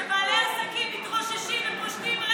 שבעלי עסקים מתרוששים ופושטים רגל.